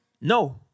No